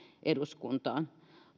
eduskuntaan